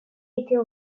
était